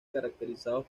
caracterizados